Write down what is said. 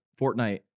Fortnite